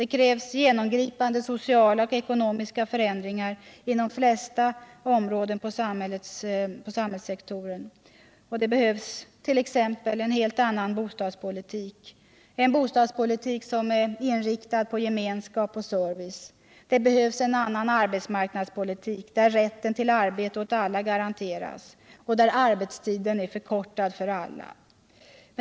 Det krävs genomgripande sociala och ekonomiska förändringar inom de flesta samhällssektorer. Det behövs t.ex. en helt annan bostadspolitik, en bostadspolitik som är inriktad på gemenskap och service. Det behövs också en annan arbetsmarknadspolitik, där rätten till arbete åt alla garanteras och arbetstiden är förkortad för alla.